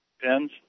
Pens